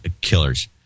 killers